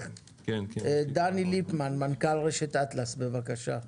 דני ליפמן, מנכ"ל רשת אטלס, בבקשה.